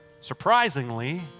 surprisingly